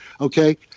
Okay